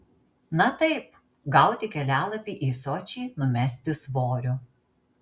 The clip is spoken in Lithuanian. na taip gauti kelialapį į sočį numesti svorio